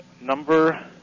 number